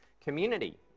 community